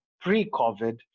pre-COVID